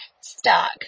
stuck